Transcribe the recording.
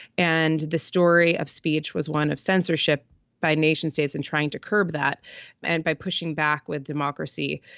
and the story of speech was one of censorship by nation states and trying to curb that and by pushing back with democracy.